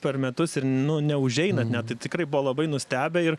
per metus ir nu neužeina net tikrai buvo labai nustebę ir